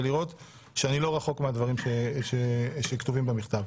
ולראות שאני לא רחוק מהדברים שכתובים במכתב.